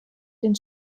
den